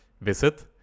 Visit